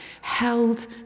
held